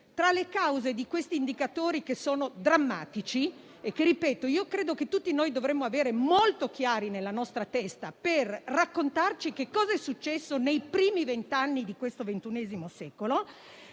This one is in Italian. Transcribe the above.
Tra le cause di questi indicatori, che sono drammatici e che credo tutti noi dovremmo avere molto chiari nella nostra testa, per raccontarci che cosa è successo nei primi vent'anni di questo XXI secolo